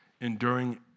enduring